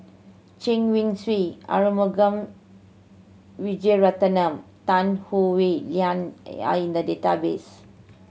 Chen Wen Hsi Arumugam Vijiaratnam Tan Howe Liang are in the database